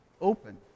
open